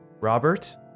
Robert